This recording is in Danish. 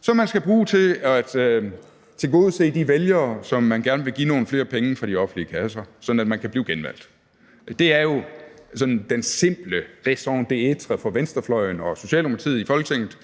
som man skal bruge til at tilgodese de vælgere, som man gerne vil give nogle flere penge fra de offentlige kasser, sådan at man kan blive genvalgt. Det er jo sådan den simple raison d'être for venstrefløjen og Socialdemokratiet i Folketinget: